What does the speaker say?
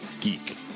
geek